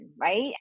right